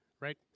right